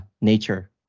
nature